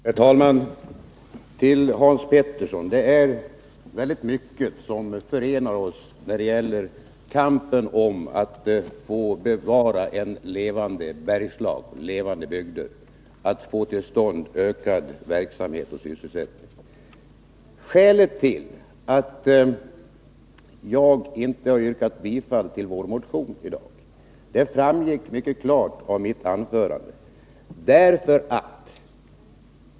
Herr talman! Det är mycket som förenar oss, Hans Petersson i Hallstahammar, när det gäller kampen för att bevara ett levande Bergslagen och levande bygder och för att få till stånd en ökad verksamhet och sysselsättning. Skälet till att jag i dag inte har yrkat bifall till vår motion framgick mycket klart av mitt anförande.